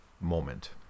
moment